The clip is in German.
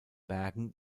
bergen